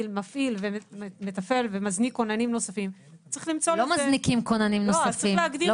מפעיל ומתפעל ומזניק כוננים נוספים -- לא מזניקים כוננים נוספים,